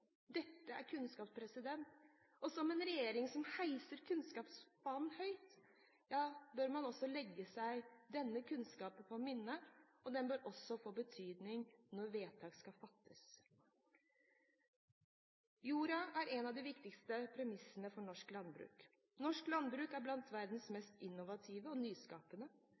Dette er kunnskap som en regjering som heiser kunnskapsfanen høyt, bør legge seg på minne, og denne kunnskapen bør få betydning når vedtak skal fattes. Jorden er et av de viktigste premissene for norsk landbruk. Norsk landbruk er blant verdens mest innovative og nyskapende